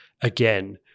again